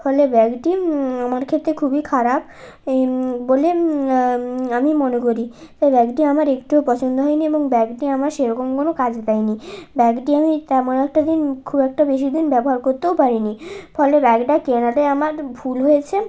ফলে ব্যাগটি আমার ক্ষেত্রে খুবই খারাপ বলে আমি মনে করি এ ব্যাগটি দিয়ে আমার একটুও পছন্দ হয়নি এবং ব্যাগটি আমার সেরকম কোনো কাজে দেয়নি ব্যাগটি আমি তেমন একটা দিন খুব একটা বেশি দিন ব্যবহার করতেও পারিনি ফলে ব্যাগটা কেনাটাই আমার ভুল হয়েছে